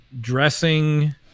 dressing